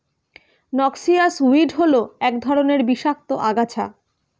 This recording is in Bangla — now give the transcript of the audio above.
নক্সিয়াস উইড হল এক রকমের বিষাক্ত আগাছা